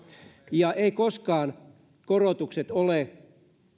eivätkä koskaan korotukset ole